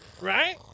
Right